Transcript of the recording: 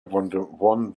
won